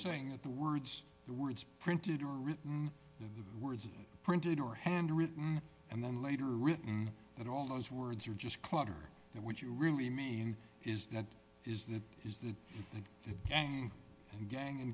saying at the words the words printed are written the words are printed or handwritten and then later written than all those words are just clutter and what you really mean is that is that is that you think it and gang